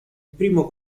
primo